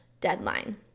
deadline